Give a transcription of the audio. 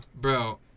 Bro